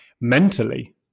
mentally